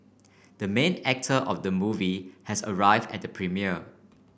the main actor of the movie has arrive at the premiere